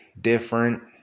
different